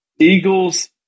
Eagles